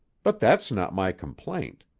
but that's not my complaint.